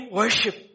worship